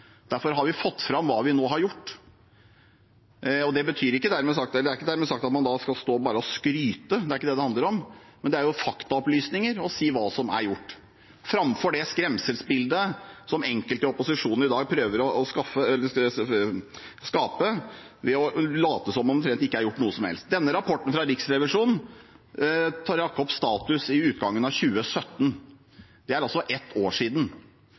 Derfor har vi fått fram hva vi nå har gjort. Det er ikke dermed sagt at man bare skal stå og skryte. Det er ikke det det handler om. Det er faktaopplysninger å si hva som er gjort, framfor det skremmebildet som enkelte i opposisjonen prøver å skape ved å late som om det omtrent ikke er gjort noe som helst. Rapporten fra Riksrevisjonen tar opp status ved utgangen av 2017. Det er altså ett år siden.